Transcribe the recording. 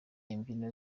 imbyino